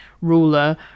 ruler